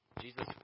Jesus